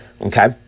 okay